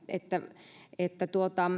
että että